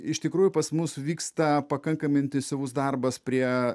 iš tikrųjų pas mus vyksta pakankamai intensyvus darbas prie